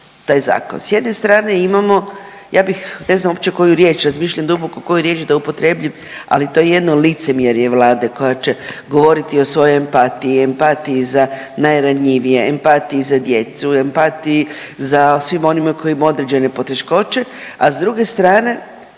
S jedne strane imamo ja bih ne znam uopće koju riječ, razmišljam duboko koju riječ da upotrijebim, ali to je jedno licemjerje Vlade koja će govoriti o svojoj empatiji. Empatiji za najranjivije, empatiji za djecu, empatiji za svim onima koji imaju određene poteškoće, a s druge strane